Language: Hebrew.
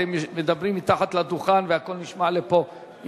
אתם מדברים מתחת לדוכן והקול נשמע עד פה.